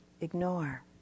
ignore